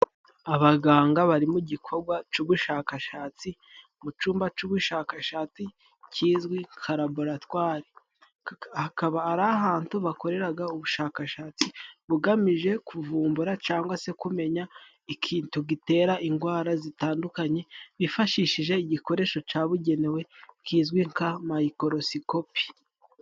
Abaganga bari mu gikogwa c'ubushakashatsi mu cumba c'ubushakashatsi kizwi nka laboratwari. Hakaba ari ahantu bakoreraga ubushakashatsi bugamije kuvumbura cangwa se kumenya ikintu gitera indwara zitandukanye, bifashishije igikoresho cabugenewe kizwi nka mayikorosikopi.